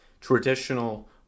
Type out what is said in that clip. traditional